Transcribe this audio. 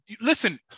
listen